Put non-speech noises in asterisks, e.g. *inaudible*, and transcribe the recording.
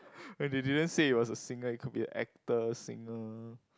*laughs* they didn't say it was a singer it could be an actor singer